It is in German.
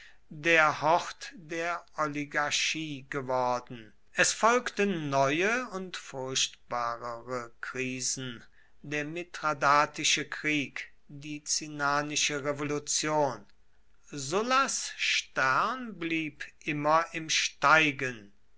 der hort der oligarchie geworden es folgten neue und furchtbarere krisen der mithradatische krieg die cinnanische revolution sullas stern blieb immer im steigen